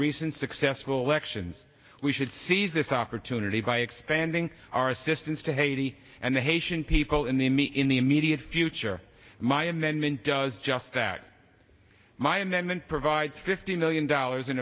recent successful elections we should seize this opportunity by expanding our assistance to haiti and the hague people in the me in the immediate future my amendment does just that my amendment provides fifty million dollars